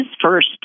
first